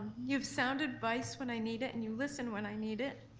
you have sound advice when i need it, and you listen when i need it.